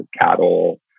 cattle